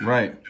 Right